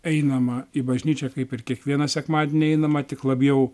einama į bažnyčią kaip ir kiekvieną sekmadienį einama tik labiau